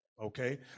Okay